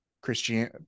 christian